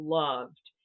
loved